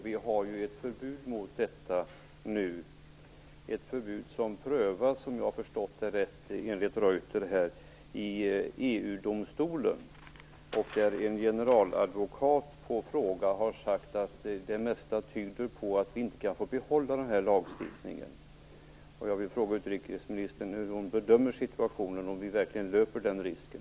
Vi har ju ett förbud mot detta nu, ett förbud som om jag har förstått det rätt enligt Reuter prövas i EU domstolen, där en generaladvokat som svar på en fråga har sagt att det mesta tyder på att vi inte kan få behålla den här lagstiftningen. Jag vill fråga utrikesministern hur hon bedömer situationen och om vi verkligen löper den risken.